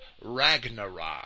Ragnarok